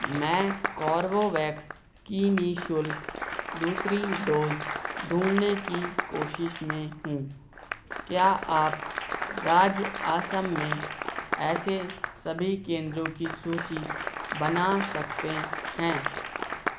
मैं कॉर्वोवैक्स की निःशुल्क दूसरी डोज़ ढूँढने की कोशिश में हूँ क्या आप राज्य असम में ऐसे सभी केंद्रों की सूची बना सकते हैं